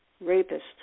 rapist